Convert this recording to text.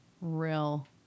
real